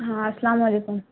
ہاں السلام علیکم